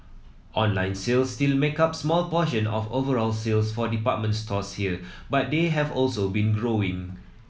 online sales still make up small proportion of overall sales for department stores here but they have also been growing